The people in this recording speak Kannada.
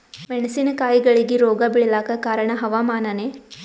ಮೆಣಸಿನ ಕಾಯಿಗಳಿಗಿ ರೋಗ ಬಿಳಲಾಕ ಕಾರಣ ಹವಾಮಾನನೇ?